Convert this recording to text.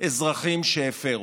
אזרחים שהפרו.